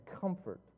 comfort